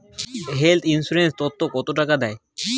Health insurance ওত কত টাকা দেয়?